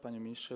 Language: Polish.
Panie Ministrze!